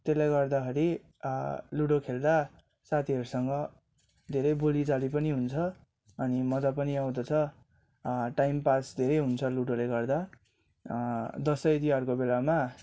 त्यसले गर्दाखेरि लुडो खेल्दा साथीहरूसँग धेरै बोलीचाली पनि हुन्छ अनि मजा पनि आउँदछ टाइम पास धेरै हुन्छ लुडोले गर्दा दसैँ तिहारको बेलामा